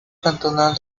cantonal